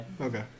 Okay